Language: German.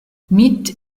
mit